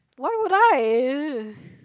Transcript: why would I